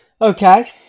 Okay